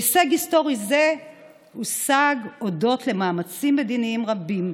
הישג היסטורי זה הושג הודות למאמצים מדיניים רבים,